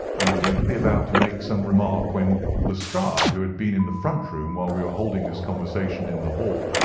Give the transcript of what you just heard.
and appeared to be about to make some remark, when lestrade, who had been in the front room while we were holding this conversation in the hall,